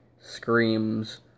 screams